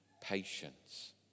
patience